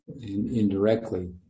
indirectly